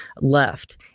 left